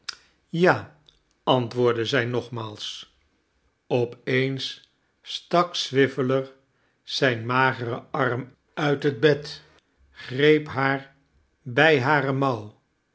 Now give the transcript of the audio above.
ja antwoordde zij nogmaals op eens stak swiveller zijn mageren arm uit het bed greep haar bij hare mouw